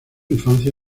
infancia